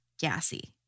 gassy